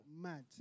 mad